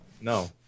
No